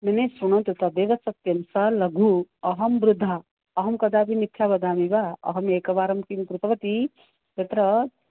नै नै शृणोतु तदेव सत्यं सः लघुः अहं वृद्धा अहं कदापि मिथ्या वदामि वा अहम् एकवारं किं कृतवती तत्र